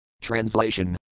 Translation